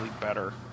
better